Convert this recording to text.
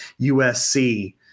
USC